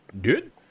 Dude